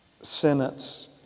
sentence